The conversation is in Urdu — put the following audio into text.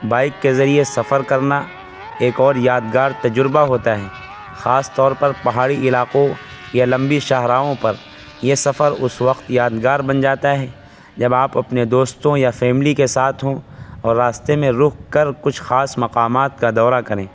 بائک کے ذریعہ سفر کرنا ایک اور یادگار تجربہ ہوتا ہے خاص طور پر پہاڑی علاقوں یا لمبی شاہراہوں پر یہ سفر اس وقت یادگار بن جاتا ہے جب آپ اپنے دوستوں یا فیملی کے ساتھ ہوں اور راستے میں رک کر کچھ خاص مقامات کا دورہ کریں